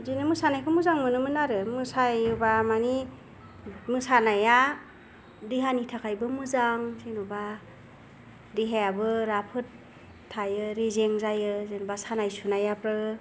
बेबादिनो मोसानायखौ मोजां मोनोमोन आरो मोसायोबा मानि मोसानाया देहानि थाखायबो मोजां जेन'बा देहायाबो राफोद थायो रेजें जायो जेनबा सानाय सुनायाबो